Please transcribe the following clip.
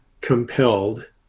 compelled